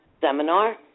seminar